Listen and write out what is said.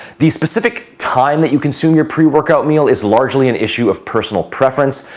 the specific time that you consume your pre-workout meal is largely an issue of personal preference.